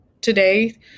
today